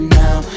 now